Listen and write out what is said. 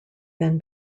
then